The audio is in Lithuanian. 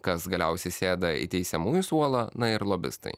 kas galiausiai sėda į teisiamųjų suolą na yra lobistai